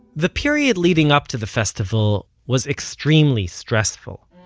the period leading up to the festival was extremely stressful.